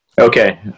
Okay